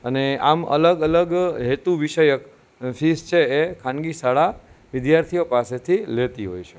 અને આમ અલગ અલગ હેતુ વિષયક ફીઝ છે એ ખાનગી શાળા વિદ્યાર્થીઓ પાસેથી લેતી હોય છે